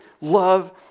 love